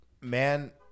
Man